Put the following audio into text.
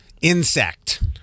Insect